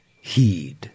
heed